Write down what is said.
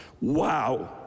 Wow